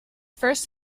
first